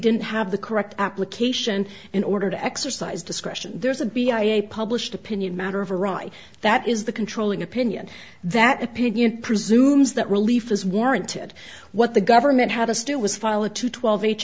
didn't have the correct application in order to exercise discretion there's a b i a published opinion matter of a right that is the controlling opinion that opinion presumes that relief is warranted what the government had to steal was phyla to twelve